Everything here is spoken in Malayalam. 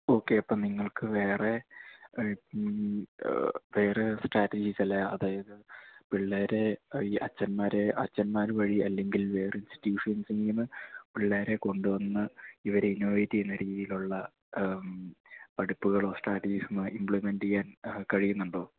ഓക്കെ അപ്പം നിങ്ങൾക്ക് വേറെ വേറെ സ്ട്രാറ്റജിസെല്ലാം അതായത് പിള്ളേരെ ഈ അച്ഛന്മാരെ അച്ഛന്മാർ വഴി അല്ലെങ്കിൽ വേറെ ഇൻസ്റ്റിട്യൂട്ടിഷൻസിൽ നിന്ന് പിള്ളേരെ കൊണ്ടുവന്ന് ഇവരെ ഇന്നോവേറ്റെയ്യുന്ന രീതിയിൽ ഉള്ള പഠിപ്പുകളോ സ്ട്രാറ്റജിസൊ ഇംപ്ലിമെന്റ് ചെയ്യാൻ കഴിയുന്നുണ്ടോ